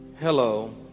Hello